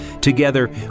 Together